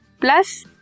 Plus